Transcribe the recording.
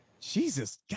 Jesus